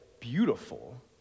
beautiful